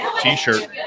T-shirt